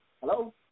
Hello